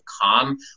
calm